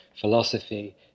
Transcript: philosophy